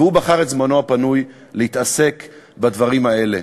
והוא בחר בזמנו הפנוי להתעסק בדברים האלה.